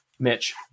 Mitch